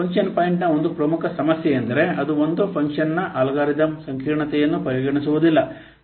function ಪಾಯಿಂಟ್ನ ಒಂದು ಪ್ರಮುಖ ಸಮಸ್ಯೆಯೆಂದರೆ ಅದು ಒಂದು ಫಂಕ್ಷನ್ನ ಅಲ್ಗಾರಿದಮ್ ಸಂಕೀರ್ಣತೆಯನ್ನು ಪರಿಗಣಿಸುವುದಿಲ್ಲ